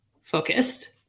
focused